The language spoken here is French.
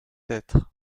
être